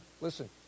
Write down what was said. Listen